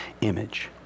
image